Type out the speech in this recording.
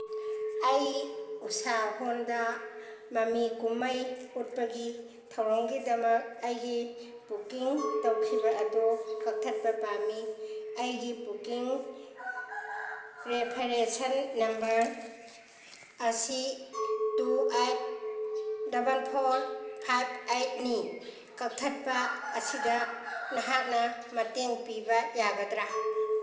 ꯑꯩ ꯎꯁꯥ ꯍꯣꯜꯗ ꯃꯃꯤ ꯀꯨꯝꯍꯩ ꯎꯠꯄꯒꯤ ꯊꯧꯔꯝꯒꯤꯗꯃꯛ ꯑꯩꯒꯤ ꯕꯨꯀꯤꯡ ꯇꯧꯈꯤꯕ ꯑꯗꯨ ꯀꯛꯊꯠꯄ ꯄꯥꯝꯃꯤ ꯑꯩꯒꯤ ꯕꯨꯀꯤꯡ ꯔꯦꯐꯔꯦꯁꯟ ꯅꯝꯕꯔ ꯑꯁꯤ two eight double four five ꯑꯩꯠꯅꯤ ꯀꯛꯊꯠꯄ ꯑꯁꯤꯗ ꯅꯍꯥꯛꯅ ꯃꯇꯦꯡ ꯄꯤꯕ ꯌꯥꯒꯗ꯭ꯔꯥ